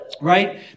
Right